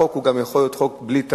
חוק גם יכול להיות חוק בלי טעם,